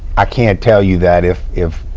i can't tell you that if if